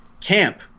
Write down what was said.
camp